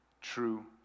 True